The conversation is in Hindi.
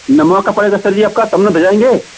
नमवा का पड़ेगा सर जी आपका तब ना भेजाएँगे